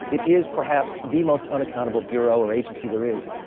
it is perhaps the most unaccountable bureau or agency there is.